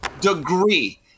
degree